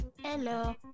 Hello